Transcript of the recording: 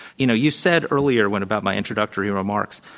you know, you said earlier, when about my introductory remark,